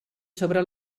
sobre